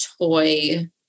toy